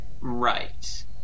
Right